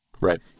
Right